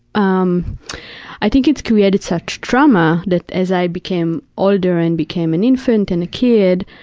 um i think it's created such trauma that, as i became older and became an infant and a kid,